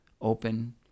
open